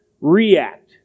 react